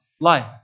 life